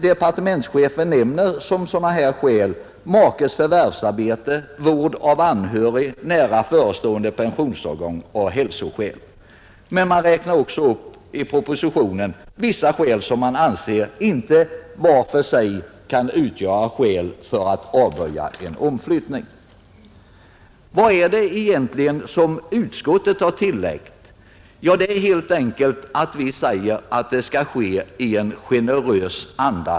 Departementschefen nämner dock som sådana skäl makes förvärvsarbete, vård av anhörig, nära förestående pensionsålder och hälsoskäl. I propositionen räknas emellertid också vissa skäl upp som man anser inte vart för sig kan utgöra motiv nog för att avböja en omflyttning. Vad är det egentligen som utskottet har tillagt? Jo, det är helt enkelt att vi säger att prövningen skall ske i en generös anda.